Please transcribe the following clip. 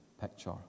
picture